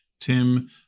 Tim